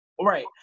right